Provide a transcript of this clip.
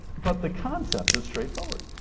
but the concept is straightforward.